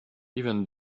even